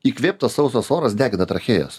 įkvėptas sausas oras degina trachėjas